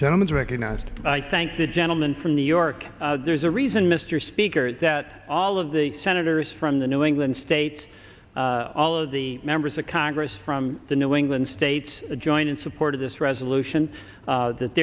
gentleman's recognized i thank the gentleman from new york there's a reason mr speaker that all of the senators from the new england states all of the members of congress from the new england states to join in support of this resolution that th